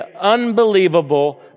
unbelievable